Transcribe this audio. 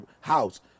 house